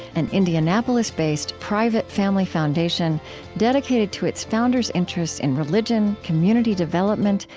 an indianapolis-based, private family foundation dedicated to its founders' interests in religion, community development,